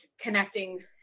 connecting